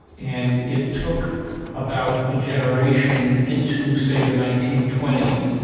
and it took about a generation, into say the nineteen twenty s,